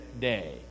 day